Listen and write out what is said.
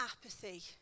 apathy